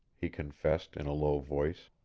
he confessed, in a low voice.